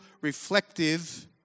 reflective